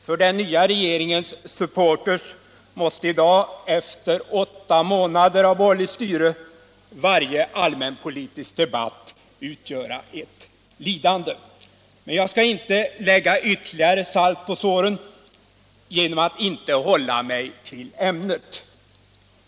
För den nya regeringens supporters måste i dag, efter åtta månader av borgerligt styre, varje allmänpolitisk debatt utgöra ett lidande. Men jag skall inte strö ytterligare salt i såren genom att inte hålla mig till ämnet.